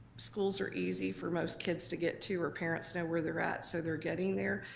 schools are easy for most kids to get to, or parents know where they're at, so they're getting there.